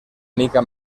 mica